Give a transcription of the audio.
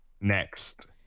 Next